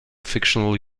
fictional